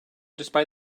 despite